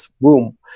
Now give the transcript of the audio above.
boom